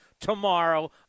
tomorrow